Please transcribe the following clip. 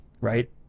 right